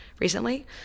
recently